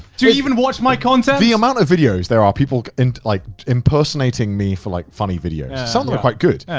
do you even watch my content? the amount of videos there are people and like, impersonating me for like, funny videos. some of them are quite good,